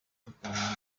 tukabona